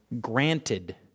granted